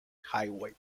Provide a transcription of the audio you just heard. highway